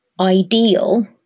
ideal